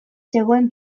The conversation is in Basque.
zegoen